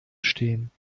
stehen